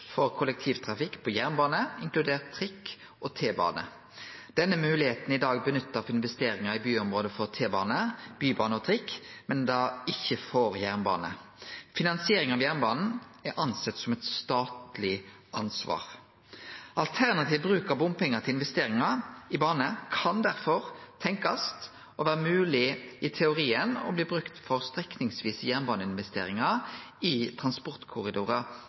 for kollektivtrafikk på jernbane, inkludert trikk og T-bane. Denne moglegheita er i dag nytta for investeringar i byområde for T-bane, bybane og trikk, men da ikkje for jernbane. Finansiering av jernbanen blir sett på som eit statleg ansvar. Alternativ bruk av bompengar til investeringar i bane kan derfor tenkjast å vere mogleg, i teorien, å bli brukt for strekningsvise jernbaneinvesteringar i transportkorridorar